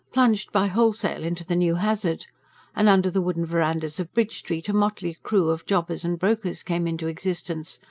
plunged by wholesale into the new hazard and under the wooden verandahs of bridge street a motley crew of jobbers and brokers came into existence,